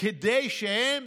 כדי שהם